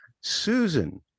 Susan